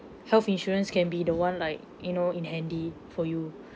health insurance can be the one like you know in handy for you